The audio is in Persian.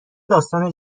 داستان